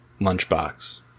lunchbox